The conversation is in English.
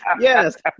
Yes